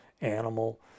animal